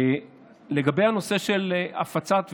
לגבי הנושא של הפצת,